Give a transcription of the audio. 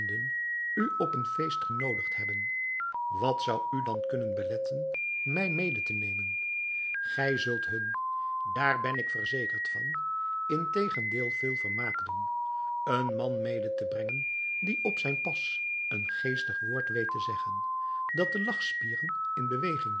u op een feest genodigd hebben wat zou u dan kunnen beletten mij mede te nemen gij zult hun daar ben ik verzekerd van integendeel veel vermaak doen een man mede te brengen die op zijn pas een geestig woord weet te zeggen dat de lachspieren in beweging